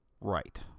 right